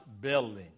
building